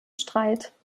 streit